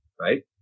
right